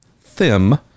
Thim